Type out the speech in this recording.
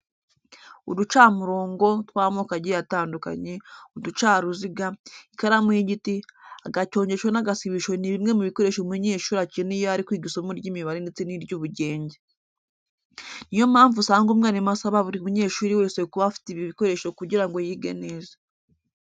Uducamurongo tw'amoko agiye atandukanye, uducaruziga, ikaramu y'igiti, agacongesho n'agasibisho ni bimwe mu bikoresho umunyeshuri akenera iyo ari kwiga isomo ry'imibare ndetse n'iry'ubugenge. Ni yo mpamvu usanga umwarimu asaba buri munyeshuri wese kuba afite ibi bikoresho kugira ngo yige neza.